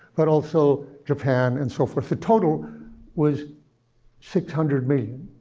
but also japan and so forth. the total was six hundred million,